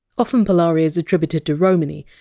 often polari is attributed to romany,